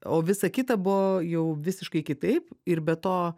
o visa kita buvo jau visiškai kitaip ir be to